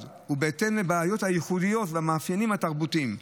ובהתאם לבעיות הייחודיות ולמאפיינים התרבותיים.